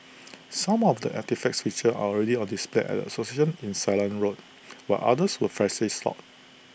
some of the artefacts featured already on display at the association in Ceylon road while others were freshly sought